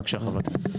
בבקשה, חבר הכנסת.